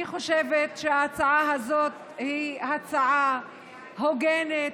אני חושבת שההצעה הזאת היא הצעה הוגנת,